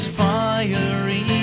fiery